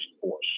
force